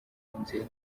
muhanzi